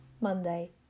Monday